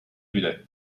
bile